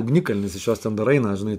ugnikalnis iš jos ten dar eina žinai